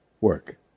work